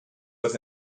was